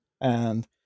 And-